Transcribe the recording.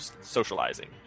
socializing